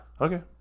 Okay